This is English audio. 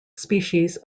species